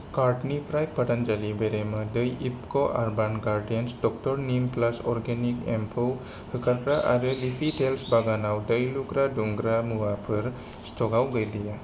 कार्टनिफ्राय पतन्जलि बेरेमोदै इफक' urban gardens doctor neem plus organic एम्फौ होखारग्रा आरो लिफि टेल्स बागानाव दै लुग्रा दुंग्रा मुवाफोरा स्टकआव गैलिया